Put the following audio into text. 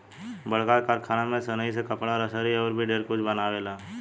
बड़का कारखाना में सनइ से कपड़ा, रसरी अउर भी ढेरे कुछ बनावेला